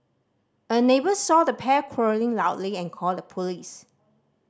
a neighbour saw the pair quarrelling loudly and called the police